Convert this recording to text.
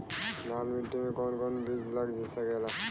लाल मिट्टी में कौन कौन बीज लग सकेला?